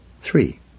Three